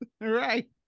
Right